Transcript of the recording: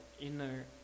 inner